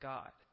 God